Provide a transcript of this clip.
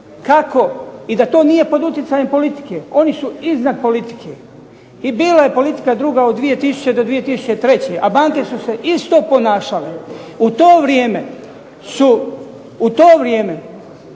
Kako i da to nije pod utjecajem politike? Oni su iznad politike. I bila je politika druga od 2002. do 2003. a banke su se isto ponašale. U to vrijeme su jedna